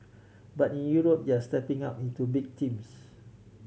but in Europe they are stepping up into big teams